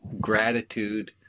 Gratitude